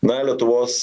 na lietuvos